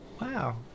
Wow